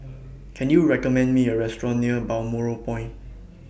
Can YOU recommend Me A Restaurant near Balmoral Point